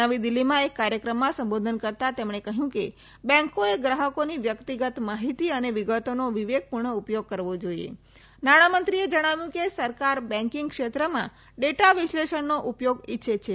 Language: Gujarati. નવી દિલ્હીમાં એક કાર્યક્રમમાં સંબોધન કરતાં કહ્યું કે બેકોએ ગ્રાહકોની વ્યકિતગત માહિતી અને વિગતોનો વિવેકપૂર્ણ ઉપયોગ કરવો જોઇએ નાણામંત્રીએ કહ્યું કે સરકાર બેકીંગ ક્ષેત્રમાં ડેટા વિસલેષણના ઉપયોગ ઈચ્છે છે